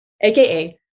AKA